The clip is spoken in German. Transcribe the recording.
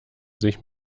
sich